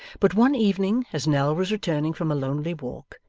but one evening, as nell was returning from a lonely walk,